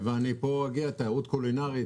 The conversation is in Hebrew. תיירות קהילתית,